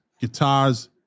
guitars